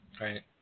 Right